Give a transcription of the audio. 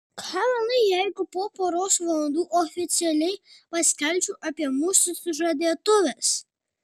ką manai jeigu po poros valandų oficialiai paskelbčiau apie mūsų sužadėtuves